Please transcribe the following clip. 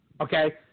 Okay